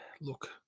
Look